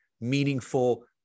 meaningful